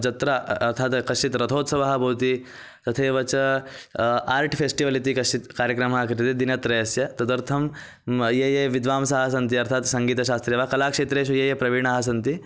जत्र अर्थात् कश्चित् रथोत्सवः भवति तथैव च आर्ट् फ़ेस्टिवल् इति कश्चित् कार्यक्रमः क्रिते दिनत्रयस्य तदर्थं ये ये विद्वांसाः सन्ति अर्थात् सङ्गीतशास्त्रे वा कलाक्षेत्रेषु ये ये प्रवीणाः सन्ति